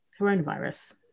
coronavirus